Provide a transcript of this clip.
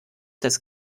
das